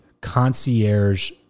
concierge